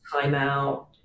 timeout